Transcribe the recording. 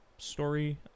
story